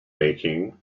making